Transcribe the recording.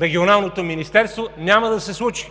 Регионалното министерство, това няма да се случи